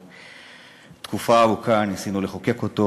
חוק שתקופה ארוכה ניסינו לחוקק אותו,